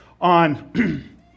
on